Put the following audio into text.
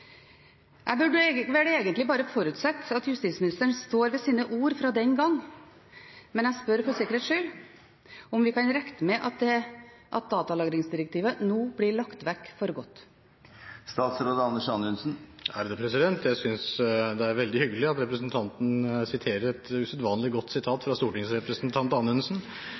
Jeg burde vel egentlig bare forutsatt at justisministeren står ved sine ord fra den gang, men jeg spør for sikkerhets skyld: Kan vi regne med at datalagringsdirektivet nå blir lagt vekk for godt? Jeg synes det er veldig hyggelig at representanten siterer et usedvanlig godt sitat fra stortingsrepresentant